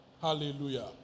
Hallelujah